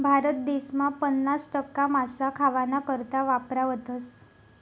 भारत देसमा पन्नास टक्का मासा खावाना करता वापरावतस